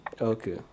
Okay